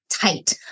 tight